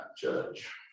judge